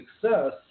success